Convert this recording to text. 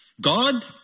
God